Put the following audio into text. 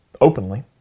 openly